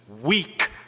weak